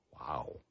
Wow